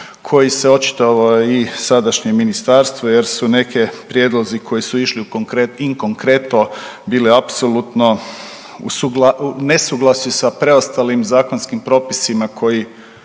koji se očitovao i sadašnje ministarstvo jer su neki prijedlozi koji su išli in konkreto bile apsolutno u nesuglasju sa preostalim zakonskim propisima koji